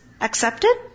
accepted